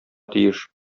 тиеш